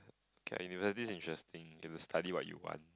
K university is interesting if you study what you want